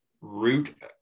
root